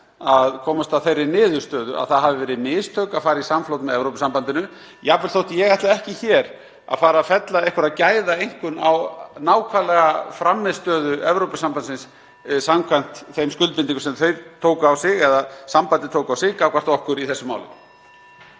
að komast að þeirri niðurstöðu að það hafi verið mistök að fara í samflot með Evrópusambandinu, jafnvel þótt ég ætli ekki hér að fara að fella einhverja gæðaeinkunn á frammistöðu Evrópusambandsins samkvæmt þeim skuldbindingum sem sambandið tók á sig gagnvart okkur í þessu máli.